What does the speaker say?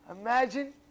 Imagine